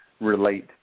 relate